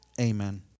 Amen